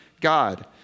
God